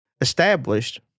established